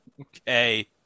Okay